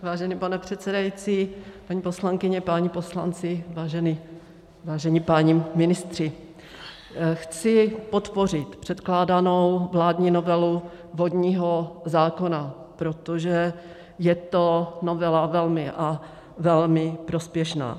Vážený pane předsedající, paní poslankyně, páni poslanci, vážení páni ministři, chci podpořit předkládanou vládní novelu vodního zákona, protože je to novela velmi a velmi prospěšná.